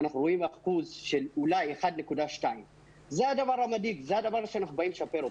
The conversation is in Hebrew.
אנחנו רואים אולי 1.2%. זה הדבר המדאיג שאנחנו באים לשפר אותו.